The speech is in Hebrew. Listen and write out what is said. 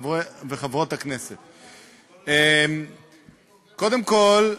וחברות הכנסת, קודם כול,